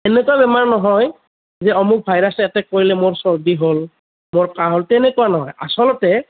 এনেকুৱা বেমাৰ নহয় যে অমুক ভাইৰাছে এটেক কৰিলে মোৰ চৰ্দী হ'ল মোৰ কাহ হ'ল তেনেকুৱা নহয় আচলতে